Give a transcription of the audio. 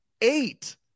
eight